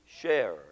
share